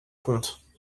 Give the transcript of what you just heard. comptes